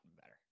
better